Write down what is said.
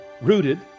rooted